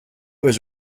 was